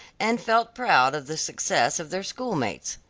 and felt proud of the success of their schoolmates.